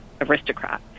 aristocrat